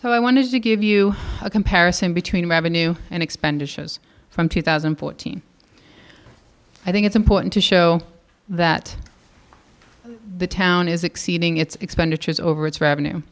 so i wanted to give you a comparison between revenue and expenditures from two thousand and fourteen i think it's important to show that the town is exceeding its expenditures over its revenue